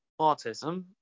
autism